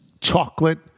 chocolate